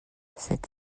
cet